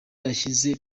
yashyize